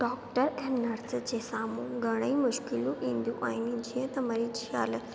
doctor ऐं nurse जे सामुहूं घणई मुश्किलूं ईंदियूं आहिनि जीअं त मरीज जी हालति